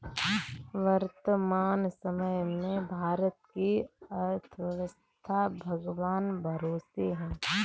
वर्तमान समय में भारत की अर्थव्यस्था भगवान भरोसे है